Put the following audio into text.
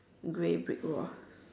grey brick wall